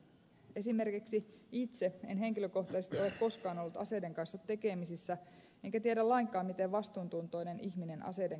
esimerkiksi itse en henkilökohtaisesti ole koskaan ollut aseiden kanssa tekemisissä enkä tiedä lainkaan miten vastuuntuntoinen ihminen aseiden kanssa käyttäytyy